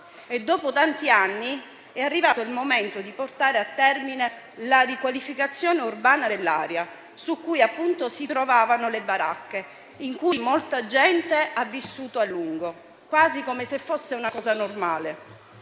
Dopo tanti anni, è arrivato il momento di portare a termine la riqualificazione urbana dell'area su cui appunto si trovavano le baracche, dove molta gente ha vissuto a lungo, quasi come se fosse una cosa normale.